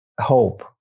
Hope